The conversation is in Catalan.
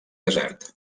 desert